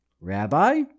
Rabbi